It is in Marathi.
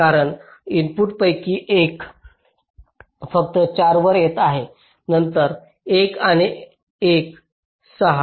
कारण इनपुटपैकी एक फक्त 4 वर येत आहे नंतर 1 आणि 1 6